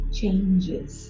changes